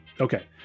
okay